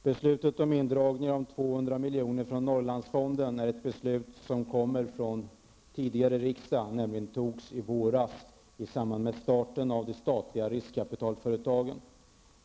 Herr talman! Beslutet om indragning av 200 milj.kr. från Norrlandsfonden är fattat av en tidigare riksdag, det fattades nämligen i våras i samband med beslutet om startande av statliga rikskapitalföretag.